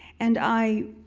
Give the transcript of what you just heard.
and i